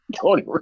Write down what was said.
Tony